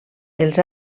els